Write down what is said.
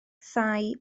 thai